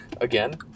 again